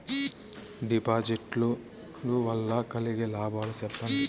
డిపాజిట్లు లు వల్ల కలిగే లాభాలు సెప్పండి?